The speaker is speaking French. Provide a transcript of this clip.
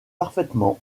parfaitement